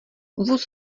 vůz